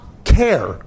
care